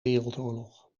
wereldoorlog